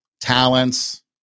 talents